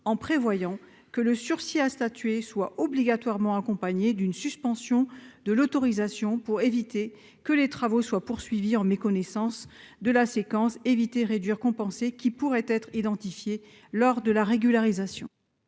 en prévoyant que le sursis à statuer soit obligatoirement accompagné d'une suspension de l'autorisation, pour éviter que des travaux soient poursuivis en méconnaissance de la séquence « éviter, réduire, compenser » (ERC) qui pourrait être identifiée lors de la régularisation.